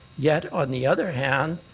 yet on the other hand,